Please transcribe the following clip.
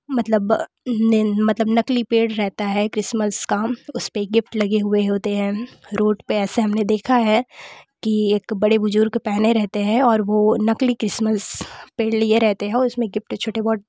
मतलब नकली पेड़ रहता है क्रिसमस का उस पे गिफ्ट लगे हुए रहते हैं रोड पे ऐसे हमने देखा है कि एक बड़े बुजुर्ग पहने रहते हैं और वो नकली क्रिसमस पेड़ लिए रहते हैं उसमें गिफ्ट छोटे बहुत